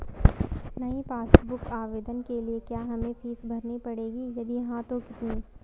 नयी passbook book आवेदन के लिए क्या हमें फीस भरनी पड़ेगी यदि हाँ तो कितनी?